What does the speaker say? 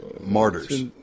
Martyrs